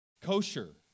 kosher